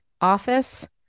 office